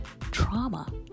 trauma